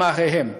עם אחיהם.